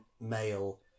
male